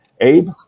Abe